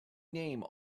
name